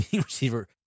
receiver